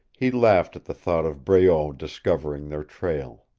he laughed at the thought of breault discovering their trail.